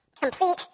complete